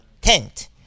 tent